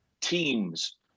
teams